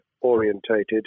orientated